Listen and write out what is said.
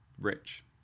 Rich